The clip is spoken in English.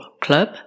Club